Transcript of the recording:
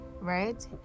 right